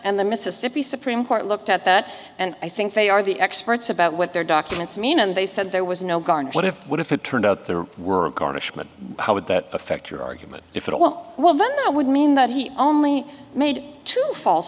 and the mississippi supreme court looked at that and i think they are the experts about what their documents mean and they said there was no garn what if what if it turned out there were garnishment how would that affect your argument if it well we'll that would mean that he only made two false